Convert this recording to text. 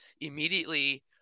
immediately